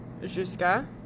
jusqu'à